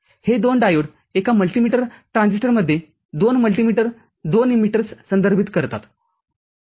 हे दोन डायोड एका मल्टीमीटर ट्रान्झिस्टरमध्ये दोन मल्टीमीटर दोन इमीटर्स संदर्भित करतात